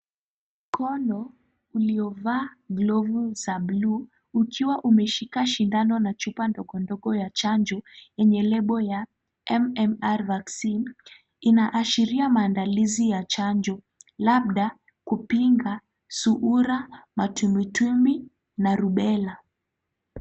Mkono uliovaa glovu za bluu ukiwa umeshika sindano na chupa ndogo ndogo ya chanjo yenye label ya M-M-R Vaccine . Inaashiria maandalizi ya chanjo labda kupinga suhura, matumbwitumbwi na rubella.